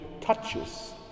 touches